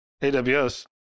AWS